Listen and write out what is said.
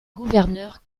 gouverneur